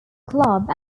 club